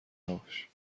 نباش